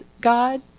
God